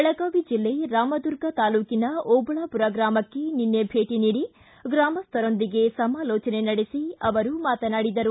ಬೆಳಗಾವಿ ಜಿಲ್ಲೆ ರಾಮದುರ್ಗ ತಾಲೂಕಿನ ಓಬಳಾಪೂರ ಗ್ರಾಮಕ್ಕೆ ನಿನ್ನೆ ಭೇಟಿ ನೀಡಿ ಗ್ರಾಮಸ್ಥರೊಂದಿಗೆ ಸಮಾಲೋಚನೆ ನಡೆಸಿ ಅವರು ಮಾತನಾಡಿದರು